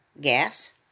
gas